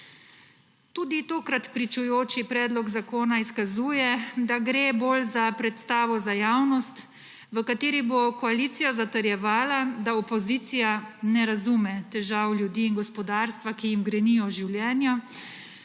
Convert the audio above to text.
Tudi tokrat pričujoči predlog zakona izkazuje, da gre bolj za predstavo za javnost, v kateri bo koalicija zatrjevala, da opozicija ne razume težav ljudi in gospodarstva, ki jim grenijo življenja,